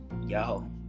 yo